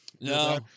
No